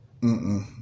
Mm-mm